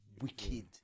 wicked